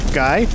guy